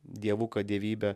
dievuką dievybę